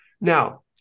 Now